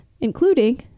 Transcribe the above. including